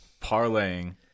parlaying